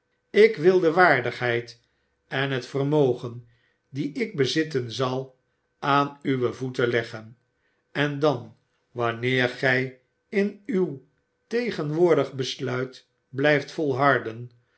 ik wil de waardigheid en het vermogen die ik bezitten zal aan uwe voeten leggen en dan wanneer gij in uw tegenwoordig besluit blijft volharden